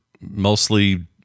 mostly